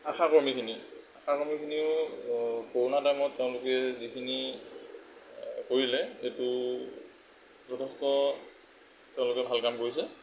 আশা কৰ্মীখিনি আশা কৰ্মীখিনিও কৰোণা টাইমত তেওঁলোকে যিখিনি কৰিলে সেইটো যথেষ্ট তেওঁলোকে ভাল কাম কৰিছে